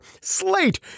Slate